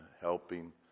helping